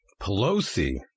Pelosi